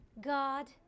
God